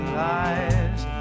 lies